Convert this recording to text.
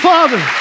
Father